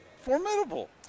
formidable